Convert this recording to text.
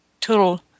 total